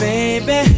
Baby